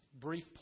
brief